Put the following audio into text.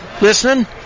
listening